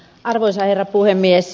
arvoisa herra puhemies